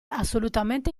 assolutamente